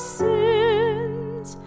sins